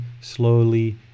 slowly